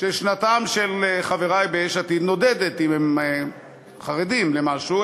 שנתם של חברי ביש עתיד נודדת, אם הם חרדים למשהו.